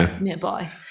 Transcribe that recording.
nearby